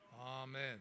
Amen